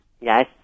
Yes